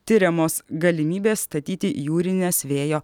tiriamos galimybės statyti jūrines vėjo